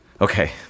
Okay